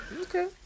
Okay